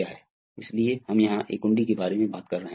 लेकिन एक ही समय में हम देखेंगे कि हमें उच्च पंप दबाव की आवश्यकता होगी